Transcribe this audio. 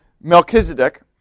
Melchizedek